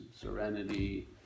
serenity